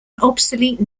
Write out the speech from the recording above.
obsolete